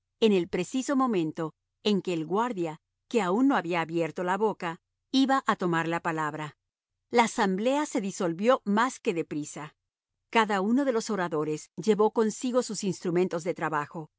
en el preciso momento en que el guarda que aun no había abierto la boca iba a tomar la palabra la asamblea se disolvió más que de prisa cada uno de los oradores llevó consigo sus instrumentos de trabajo